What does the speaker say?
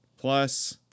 plus